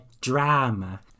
Drama